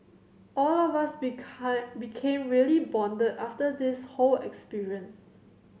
all of us become became really bonded after this whole experience